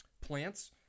Plants